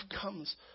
comes